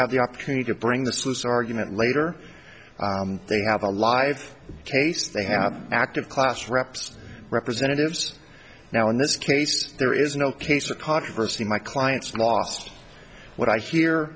have the opportunity to bring the sluice argument later they have a live case they have active class reps representatives now in this case there is no case of controversy my client's last what i hear